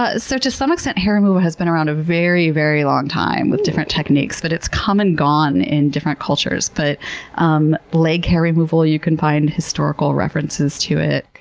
ah so, to some extent hair removal has been around a very, very long time with different techniques, but it's come and gone in different cultures. but um leg hair removal, you can find historical references to it.